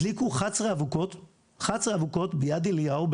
הדליקו 11 אבוקות ביד אליהו,